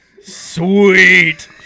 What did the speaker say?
Sweet